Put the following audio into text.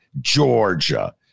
Georgia